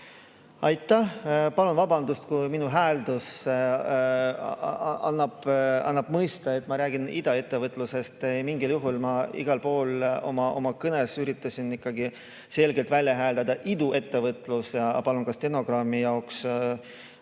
Aitäh! Palun vabandust, kui minu hääldus annab mõista, et ma räägin idaettevõtlusest. Ei mingil juhul! Ma igal pool oma kõnes üritasin selgelt välja hääldada "iduettevõtlus". Palun ka Riigikogu Kantselei